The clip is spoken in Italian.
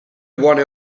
buone